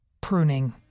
pruning